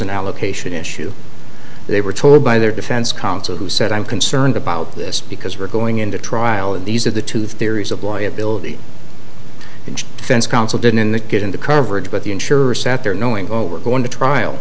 an allocation issue they were told by their defense counsel who said i'm concerned about this because we're going into trial and these are the two theories of liability and defense counsel didn't that get into coverage but the insurers sat there knowing all were going to trial